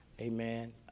Amen